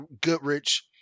Goodrich